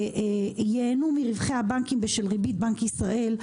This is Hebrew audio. ייהנו מרווחי הבנקים בשל ריבית בנק ישראל,